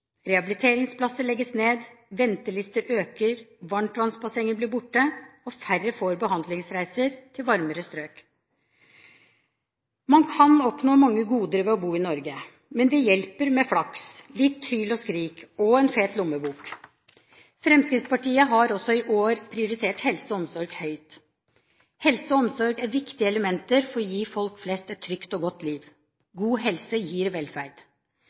Rehabiliteringsplasser legges ned, ventelister øker, varmtvannsbassenger blir borte, og færre får behandlingsreiser til varmere strøk. Man kan oppnå mange goder ved å bo i Norge, men det hjelper med flaks, litt hyl og skrik og en fet lommebok. Fremskrittspartiet har også i år prioritert helse og omsorg høyt. Helse og omsorg er viktige elementer for å gi folk flest et trygt og godt liv. God helse gir velferd.